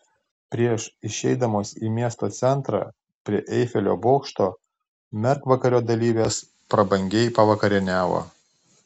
prieš išeidamos į miesto centrą prie eifelio bokšto mergvakario dalyvės prabangiai pavakarieniavo